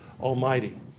Almighty